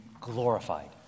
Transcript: glorified